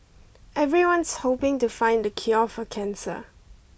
everyone's hoping to find the cure for cancer